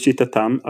לשיטתם,